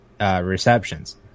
receptions